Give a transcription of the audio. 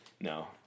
no